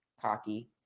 cocky